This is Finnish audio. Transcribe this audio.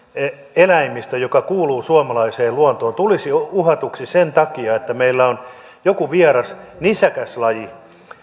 eläimistömme joka kuuluu suomalaiseen luontoon ei tulisi uhatuksi sen takia että meillä on joku vieras nisäkäslaji